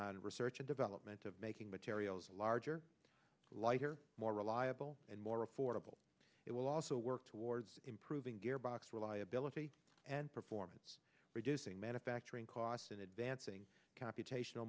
on research and development of making materials larger lighter more reliable and more affordable it will also work towards improving gearbox reliability and performance reducing manufacturing cost and advancing computational